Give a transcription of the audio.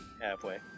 Halfway